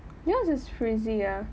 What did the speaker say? yours is frizzy ah